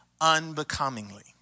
unbecomingly